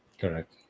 correct